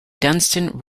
dunston